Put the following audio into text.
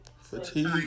Fatigue